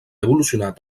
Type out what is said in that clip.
evolucionat